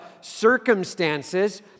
circumstances